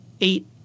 eight